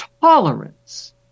tolerance